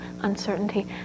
uncertainty